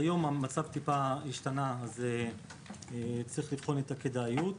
היום המצב השתנה וצריך לבחון את הכדאיות.